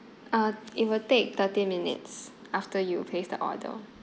uh it will take thirty minutes after you place the order